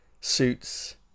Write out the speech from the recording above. suits